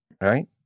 Right